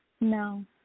No